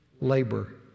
labor